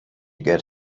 get